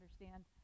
understand